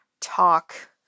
talk